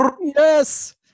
Yes